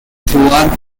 throughout